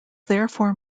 therefore